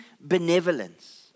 benevolence